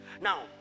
Now